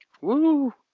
woo